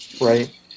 right